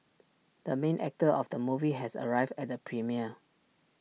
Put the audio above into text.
the main actor of the movie has arrived at the premiere